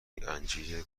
انجیر